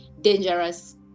dangerous